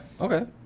Okay